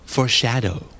Foreshadow